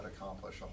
accomplish